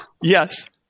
yes